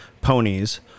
ponies